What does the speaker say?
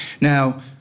Now